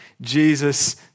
Jesus